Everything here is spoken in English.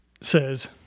says